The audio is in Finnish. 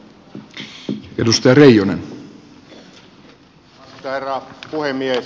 arvoisa herra puhemies